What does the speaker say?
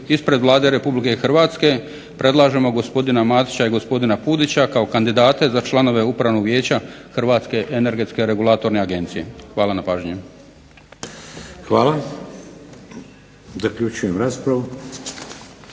ispred Vlade RH predlažemo gospodina Matića i gospodina Pudića kao kandidate za članove Upravnog vijeća Hrvatske energetske regulatorne agencije. Hvala na pažnji. **Šeks, Vladimir